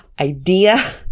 idea